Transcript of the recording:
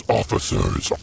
officers